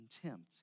contempt